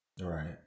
Right